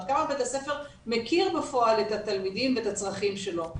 עד כמה בית הספר מכיר בפועל את התלמידים ואת הצרכים שלהם,